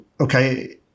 Okay